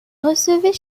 recevait